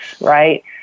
right